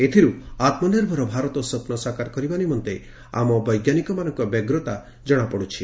ଏଥିରୁ ଆତ୍ମନିଭର ଭାରତ ସ୍ୱପ୍ନ ସାକାର କରିବା ନିମନ୍ତେ ଆମ ବୈଙ୍କାନିକଙ୍କ ବ୍ୟଗ୍ରତା ଜଶାପଡୁଛି